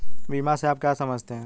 बीमा से आप क्या समझते हैं?